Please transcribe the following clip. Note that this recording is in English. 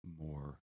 more